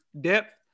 Depth